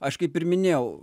aš kaip ir minėjau